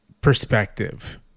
perspective